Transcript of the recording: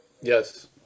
yes